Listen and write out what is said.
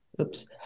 Oops